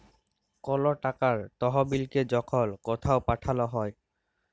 call টাকার তহবিলকে যখল কথাও পাঠাল হ্যয়